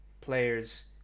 players